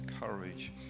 courage